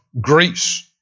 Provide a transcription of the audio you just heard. Greece